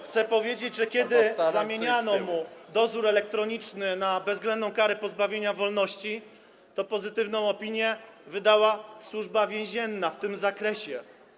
Chcę powiedzieć, że kiedy zamieniano mu dozór elektroniczny na bezwzględną karę pozbawienia wolności, pozytywną opinię wydała Służba Więzienna w tym zakresie.